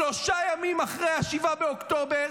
שלושה ימים אחרי 7 באוקטובר,